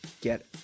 get